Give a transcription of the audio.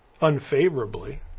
unfavorably